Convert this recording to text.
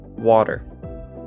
water